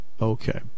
Okay